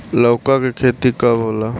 लौका के खेती कब होला?